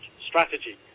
strategy